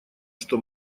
что